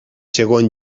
segon